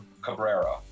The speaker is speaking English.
Cabrera